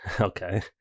Okay